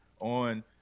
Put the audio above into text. on